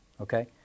Okay